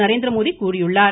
நரேந்திரமோடி கூறியுள்ளார்